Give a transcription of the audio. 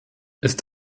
ist